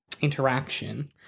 interaction